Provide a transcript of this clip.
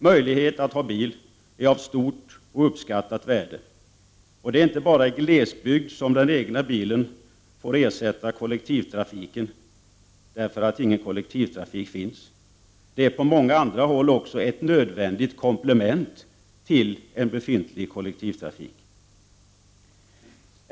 Möjligheten att ha bil är av stort och uppskattat värde. Det är inte bara i glesbygd som den egna bilen får ersätta kollektivtrafiken därför att ingen kollektivtrafik finns — den är på många andra håll också ett nödvändigt komplement till en befintlig kollektivtrafik.